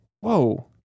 whoa